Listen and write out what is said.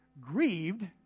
grieved